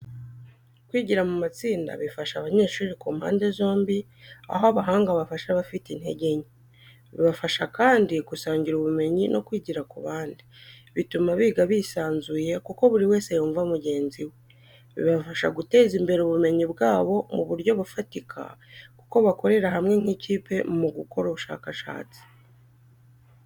Kwigira mu matsinda bifasha abanyeshuri ku mpande zombi, aho abahanga bafasha abafite intege nke, bibafasha kandi gusangira ubumenyi no kwigira ku bandi. Bituma biga bisanzuye kuko buri wese yumva mugenzi we. Bibafasha guteza imbere ubumenyi bwabo mu buryo bufatika kuko bakorera hamwe nk’ikipe mu gukora ubushakashatsi.